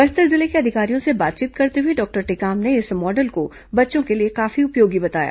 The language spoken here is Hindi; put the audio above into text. बस्तर जिले के अधिकारियों से बातचीत करते हुए डॉक्टर टेकाम ने इस मॉडल को बच्चों के लिए काफी उपयोगी बताया